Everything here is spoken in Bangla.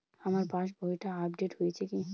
আমার পাশবইটা আপডেট হয়েছে কি?